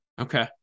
Okay